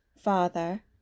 father